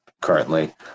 currently